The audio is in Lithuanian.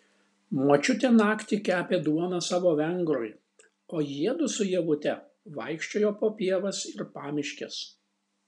močiutė naktį kepė duoną savo vengrui o jiedu su ievute vaikščiojo po pievas ir pamiškes